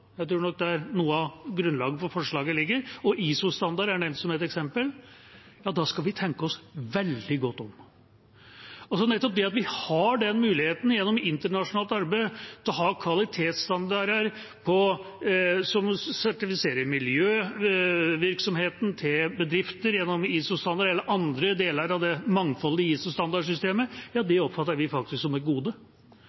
jeg tror nok det er der noe av grunnlaget for forslaget ligger, og ISO-standard er nevnt som et eksempel – ja, da skal vi tenke oss veldig godt om. Nettopp det at vi gjennom internasjonalt arbeid har mulighet til å ha kvalitetsstandarder som sertifiserer miljøvirksomheten til bedrifter gjennom ISO-standard eller andre deler av det